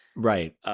Right